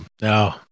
no